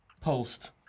post